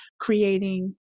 creating